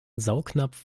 saugnapf